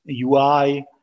UI